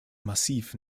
massiv